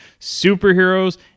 superheroes